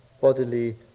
bodily